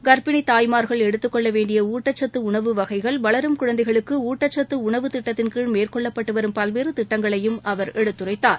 கர்ப்பிணி தாய்மார்கள் எடுத்துக்கொள்ள வேண்டிய ஊட்டச்சத்து உணவு வகைகள் வளரும் குழந்தைகளுக்கு ஊட்டச்சத்து உணவு திட்டத்தின்கீழ் மேற்கொள்ளப்பட்டு வரும் பல்வேறு திட்டங்களையும் அவர் எடுத்துரைத்தார்